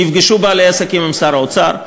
נפגשו בעלי העסקים עם שר האוצר,